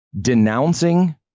denouncing